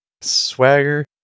swagger